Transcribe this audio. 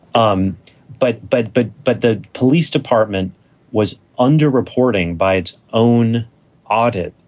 um but but. but but the police department was underreporting by its own audit.